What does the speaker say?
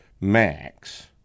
max